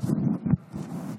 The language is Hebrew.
שלוש דקות,